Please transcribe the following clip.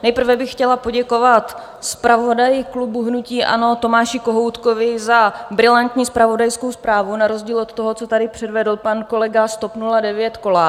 Nejprve bych chtěla poděkovat zpravodaji klubu hnutí ANO Tomáši Kohoutkovi za brilantní zpravodajskou zprávu na rozdíl od toho, co tady předvedl pan kolega z TOP 09 Kolář.